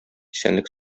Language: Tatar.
исәнлек